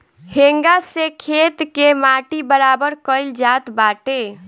हेंगा से खेत के माटी बराबर कईल जात बाटे